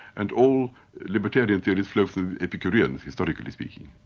and all libertarian theories flow from epicureans historically speaking.